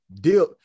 deal